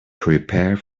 prepare